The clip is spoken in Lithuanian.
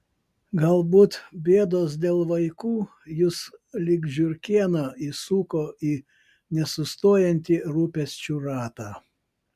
galbūt bėdos dėl vaikų jus lyg žiurkėną įsuko į nesustojantį rūpesčių ratą